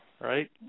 right